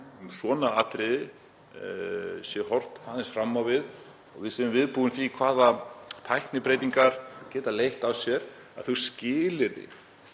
svona atriði sé horft aðeins fram á við og við séum viðbúin því hvað tæknibreytingar geta leitt af sér, að þau skilyrði